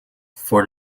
for